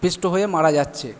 পিষ্ট হয়ে মারা যাচ্ছে